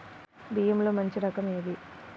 బియ్యంలో మంచి రకం ఏది?